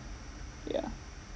yeah